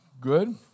good